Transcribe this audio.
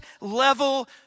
level